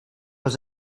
was